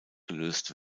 gelöst